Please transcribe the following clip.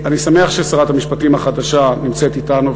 אני שמח ששרת המשפטים החדשה נמצאת אתנו,